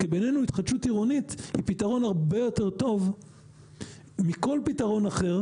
כי בעינינו התחדשות עירונית היא פתרון הרבה יותר טוב מכל פתרון אחר,